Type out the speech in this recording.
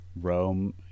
Rome